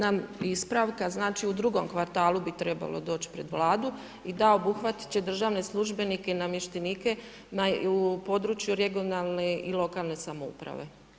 Samo jedna ispravka, znači u drugom kvartalu bi trebalo doći pred Vladu i da, obuhvatit će državne službenike i namještenike u području regionalne i lokalne samouprave.